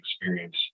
experience